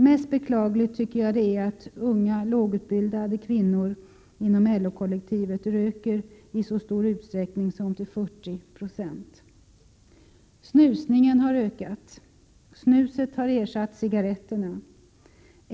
Mest beklagligt tycker jag det är att unga lågutbildade kvinnor inom LO-kollektivet röker i så stor utsträckning som till 40 96. Snusningen har ökat. Snuset har ersatt cigaretterna.